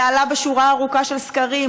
זה עלה בשורה ארוכה של סקרים,